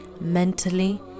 mentally